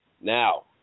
Now